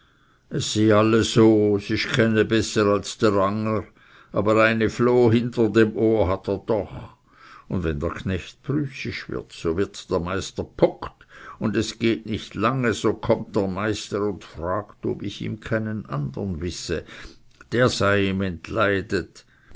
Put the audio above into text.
so s isch kene besser als dr anger aber eine floh hinter dem ohr hat er doch und wenn der knecht prüßisch wird so wird der meister puckt und es geht nicht lange so kommt der meister und fragt ob ich ihm keinen andern wisse der sei ihm entleidet